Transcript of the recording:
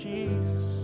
Jesus